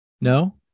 No